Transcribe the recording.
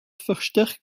versteckt